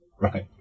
Right